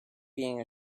being